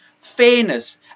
fairness